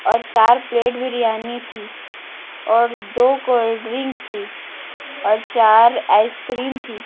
اور چار پلیٹ بریانی تھی اور دو کولڈ ڈرنک تھی اور چار آئس کریم تھی